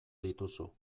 dituzu